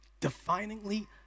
definingly